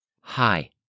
Hi